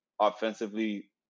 Offensively